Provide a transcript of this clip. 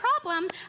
problem